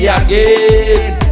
again